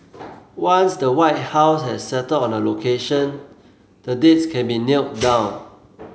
once the White House has settled on a location the dates can be nailed down